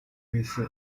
卫视